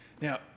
Now